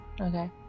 okay